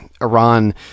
Iran